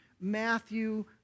Matthew